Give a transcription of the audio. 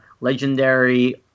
legendary